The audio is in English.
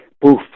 boof